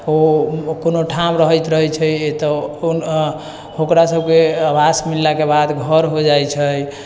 ओ कोनो ठाँम रहैत रहैय छै तऽ ओकरा सभकेँ आवास मिललाके बाद घर हो जाइत छै